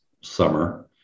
summer